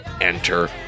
enter